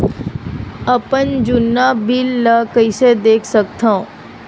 अपन जुन्ना बिल ला कइसे देख सकत हाव?